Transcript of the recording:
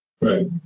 Right